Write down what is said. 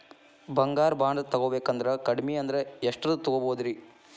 ಬಂಗಾರ ಬಾಂಡ್ ತೊಗೋಬೇಕಂದ್ರ ಕಡಮಿ ಅಂದ್ರ ಎಷ್ಟರದ್ ತೊಗೊಬೋದ್ರಿ?